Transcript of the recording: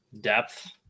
depth